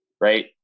right